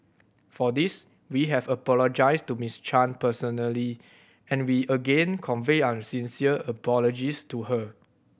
for this we have apologised to Miss Chan personally and we again convey our sincere apologies to her